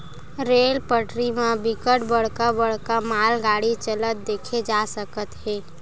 rail पटरी म बिकट बड़का बड़का मालगाड़ी चलत देखे जा सकत हे